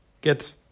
get